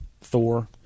Thor